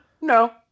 No